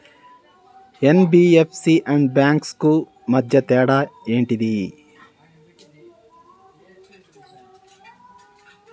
NBFC and banks కు మధ్య తేడా ఏంటిది?